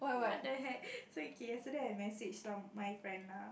what the heck so okay yesterday I messaged some my friend lah